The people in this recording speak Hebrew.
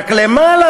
רק למעלה.